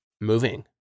moving